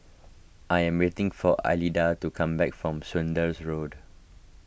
I am waiting for Alida to come back from Saunders Road